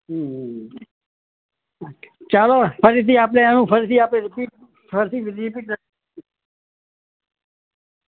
હ હ હ ચાલો ફરીથી આપણે એનું ફરીથી આપણે રિપીટ ફરીથી રિપીટ